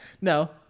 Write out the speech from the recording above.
No